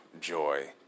joy